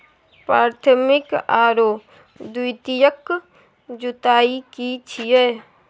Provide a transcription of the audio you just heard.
प्राथमिक आरो द्वितीयक जुताई की छिये?